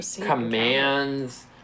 commands